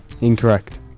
Incorrect